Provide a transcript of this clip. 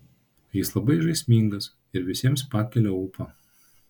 jis labai žaismingas ir visiems pakelia ūpą